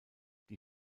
die